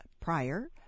prior